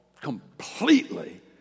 completely